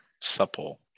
supple